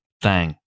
Thang